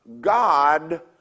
God